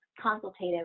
consultative